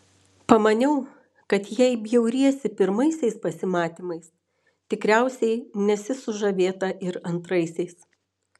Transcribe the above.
pamaniau kad jei bjauriesi pirmaisiais pasimatymais tikriausiai nesi sužavėta ir antraisiais